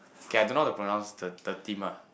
okay I don't know how to pronounce the the theme lah